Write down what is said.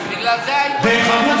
בגלל זה העיתונים,